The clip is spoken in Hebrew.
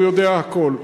הוא יודע הכול.